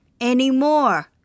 anymore